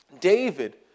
David